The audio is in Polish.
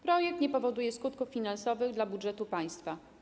Projekt nie powoduje skutków finansowych dla budżetu państwa.